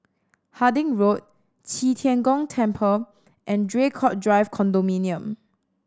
Harding Road Qi Tian Gong Temple and Draycott Drive Condominium